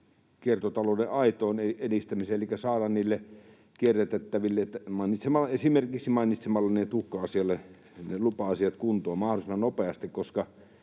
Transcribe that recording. kiertotalouden aitoon edistämiseen elikkä saadaan niille kierrätettäville, esimerkiksi mainitsemallenne tuhka-asialle, lupa-asiat kuntoon mahdollisimman nopeasti. Sillä